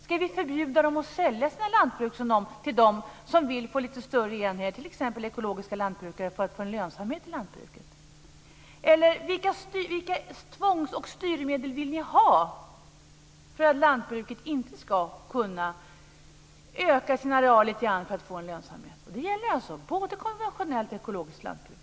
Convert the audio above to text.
Ska vi förbjuda dem att sälja sina lantbruk till dem som vill få lite större enheter, t.ex. ekologiska lantbrukare, för att få en lönsamhet i lantbruket? Vilka tvångs och styrmedel vill ni ha för att lantbruket inte ska kunna öka sin areal lite grann för att få en lönsamhet? Det gäller både konventionellt och ekologiskt lantbruk.